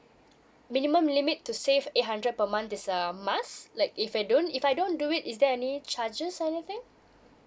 minimum limit to save eight hundred per month is a must like if I don't if I don't do it is there any charges or anything